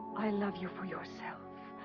i love you for yourself,